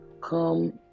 Come